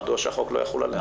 מדוע שהחוק לא יחול עליה?